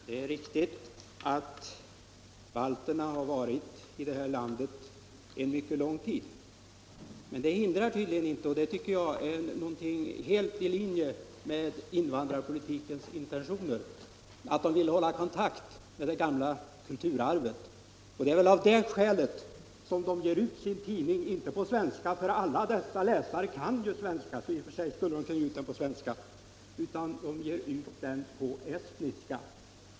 Herr talman! Det är riktigt att balterna har varit i det här landet en mycket lång tid. Men det hindrar tydligen inte — och detta tycker jag är helt i linje med invandrarpolitikens intentioner — att de vill hålla kontakt med det gamla kulturarvet. Det är väl av det skälet som de inte ger ut sin tidning på svenska. Alla läsarna kan svenska, så i och för sig kunde de göra det. Men de ger ut den på estniska.